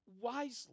wisely